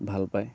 ভালপায়